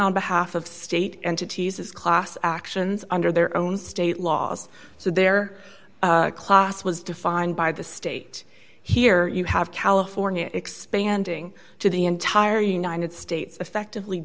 on behalf of state entities as class actions under their own state laws so their class was defined by the state here you have california expanding to the entire united states effectively